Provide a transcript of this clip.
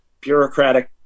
bureaucratic